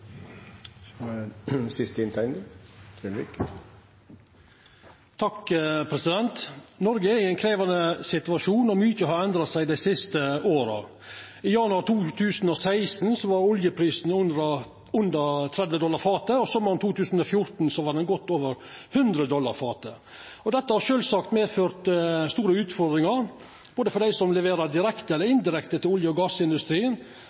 Noreg er i ein krevjande situasjon. Mykje har endra seg dei siste åra. I januar 2016 var oljeprisen under 30 dollar fatet. Sommaren 2014 var han godt over 100 dollar fatet. Dette har sjølvsagt medført store utfordringar, både for dei som leverer direkte, og for dei som leverer indirekte til olje- og gassindustrien,